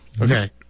Okay